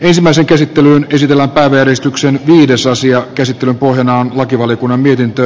ensimmäisen käsittelyn käsitellä päiväjärjestykseen jossa asian käsittelyn pohjana on lakivaliokunnan mietintö